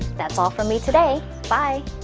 that's all from me today, bye.